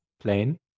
Plain